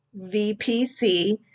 VPC